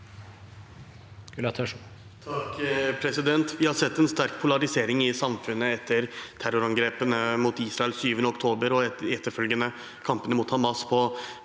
(FrP) Vi har sett en sterk polarisering i samfunnet etter terrorangrepene mot Israel den 7. oktober og de etterfølgende kampene mot Hamas på